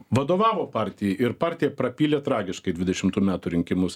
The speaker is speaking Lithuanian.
vadovavo partijai ir partija prapylė tragiškai dvidešimtų metų rinkimus